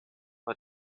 war